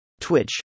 Twitch